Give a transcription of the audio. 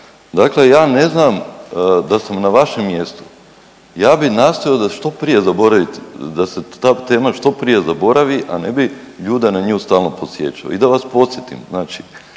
Dakle ja ne znam, da sam na vašem mjestu ja bi nastojao da što prije zaboravite, da se ta tema što prije zaboravi, a ne bi ljude na nju stalno podsjećao. I da vas podsjetim, znači